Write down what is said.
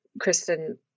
Kristen